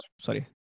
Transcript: sorry